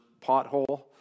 pothole